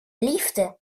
liefde